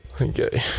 Okay